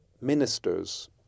ministers